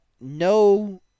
no